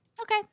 Okay